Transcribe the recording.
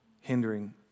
hindering